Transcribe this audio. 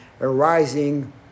arising